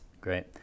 Great